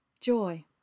joy